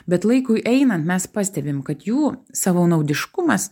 bet laikui einant mes pastebim kad jų savanaudiškumas